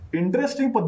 interesting